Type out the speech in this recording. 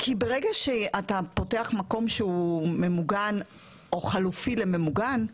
ברגע שאתה פותח מקום שהוא ממוגן או חלופי לממוגן,